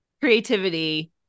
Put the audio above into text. creativity